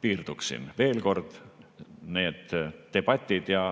piirdun. Veel kord: need debatid ja